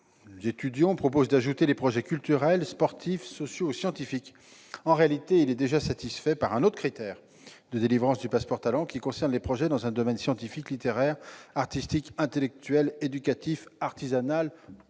Cet amendement vise à ajouter les projets culturels, sportifs, sociaux ou scientifiques. En réalité, il est déjà satisfait par un autre critère de délivrance du « passeport talent », qui concerne les projets dans un domaine scientifique, littéraire, artistique, intellectuel, éducatif, artisanal ou sportif.